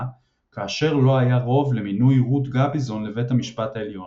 כאשר לא היה רוב למינוי רות גביזון לבית המשפט העליון.